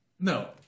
No